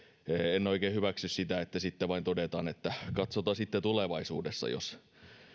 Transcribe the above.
enkä oikein hyväksy sitä että sitten vain todetaan että katsotaan sitten tulevaisuudessa jos